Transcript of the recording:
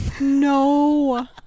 No